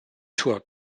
tour